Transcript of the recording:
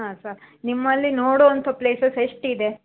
ಹಾಂ ಸರ್ ನಿಮ್ಮಲ್ಲಿ ನೋಡುವಂಥ ಪ್ಲೇಸಸ್ ಎಷ್ಟಿದೆ